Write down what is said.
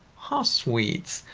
how sweet.